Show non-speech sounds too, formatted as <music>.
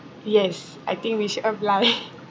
yes I think we should apply <laughs>